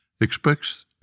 expects